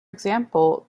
example